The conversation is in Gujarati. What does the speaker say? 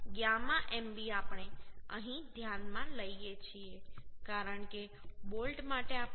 હવે આ γ mb આપણે અહીં ધ્યાનમાં લઈએ છીએ કારણ કે બોલ્ટ માટે આપણે 1